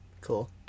Cool